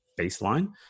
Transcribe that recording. baseline